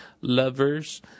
lovers